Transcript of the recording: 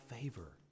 favor